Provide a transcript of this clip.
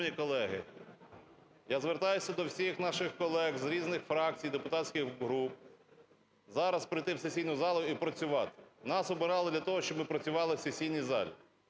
Шановні колеги! Я звертаюсь до всіх наших колег з різних фракцій, депутатських груп, зараз прийти в сесійну залу і працювати. Нас обирали для того, щоб ми працювали в сесійній залі.